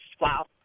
wow